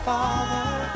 Father